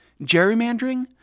Gerrymandering